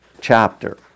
chapter